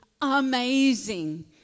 amazing